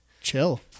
Chill